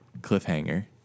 cliffhanger